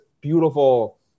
beautiful